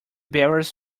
barrels